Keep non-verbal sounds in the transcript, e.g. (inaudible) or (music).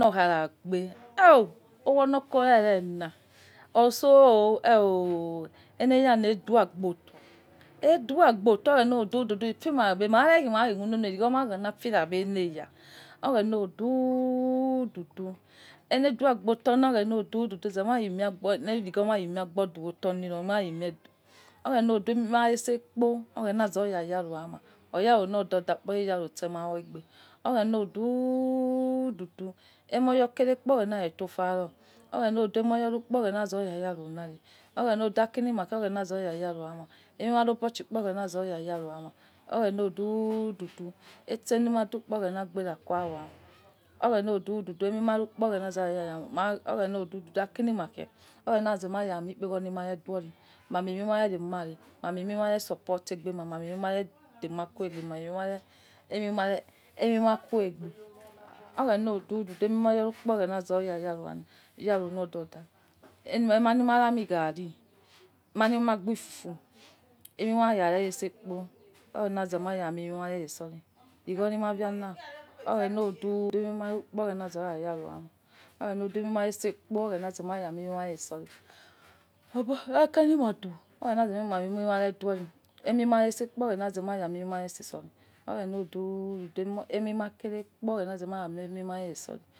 Oghena khara gbe (hesitation) ogholo kuara erena osol (hesitation) eleyana echi'agbo oto aidu agbo oto oghena odududu fimagbere oghena fimaghe leya oghena odududu aile du agbo oto zema lagwo le bo emiagbo du oto oghena odu imie ma itsese kpo oghena aizo yaro yama oyao lo odo da kpo orbo yaro yama oghena odududu omi yakere kpo oghena re tofa ro, aimoya rukpo oghena zoya yaro laa oghena odu aki lima khe oghena zoya yaro yama lumie ma abo shi kpo oghena zoya yaro yama oghena odududu itse lina chi kpo oghena gbe ra khuo yama. Oghena odududu chimie mi akpo oghena odududu aki lima khe oghena zema uni ekpegho limare dui mai mie mi ma reli yokha ai mai mie mare support aigbema mai mie maine dema kuegbe oghena odududu aimie ma rukpo oghena zoza yaro lododa oua ma lima rami ghari mama lima gbefufu aime zare itsese oi iregho lima yama oghena odu aime ma oukpo oghena zoya yaro yama oghena odu aime ina itse kpo oghena ma mie me mare itse ai (noise) akakha lima du oghena zema mie ma re itse ai oghena odu aime ma kere okpo maha mai mie mare itse.